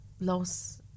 loss